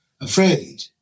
afraid